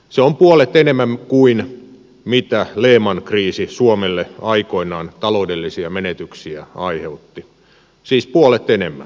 se on puolet enemmän kuin lehman kriisi suomelle aikoinaan taloudellisia menetyksiä aiheutti siis puolet enemmän